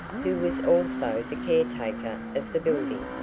who was also the caretaker of the building.